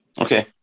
Okay